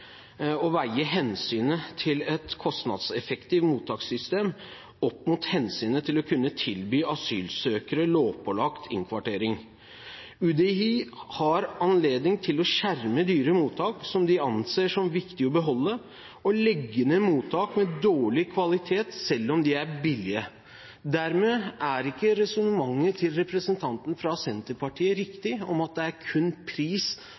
å veie hensynet til et kostnadseffektivt mottakssystem opp mot hensynet til å kunne tilby asylsøkere lovpålagt innkvartering. UDI har anledning til å skjerme dyre mottak som de anser som viktige å beholde, og legge ned mottak med dårlig kvalitet selv om de er billige. Dermed er ikke resonnementet til representanten fra Senterpartiet riktig, at det kun er pris